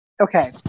Okay